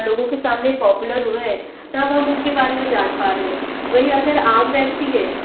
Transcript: लोगों के सामने पोपुलर हुए हैं तब हम उनके बारे में जान पा रहे हैं वहीं अगर आम व्यक्ति है